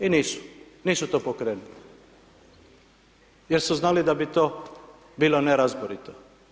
I nisu, nisu to pokrenuli jer su znali da bi to bilo nerazborito.